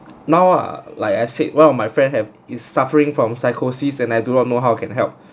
now ah like I said one of my friend have is suffering from psychosis and I do not know how can help